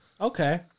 Okay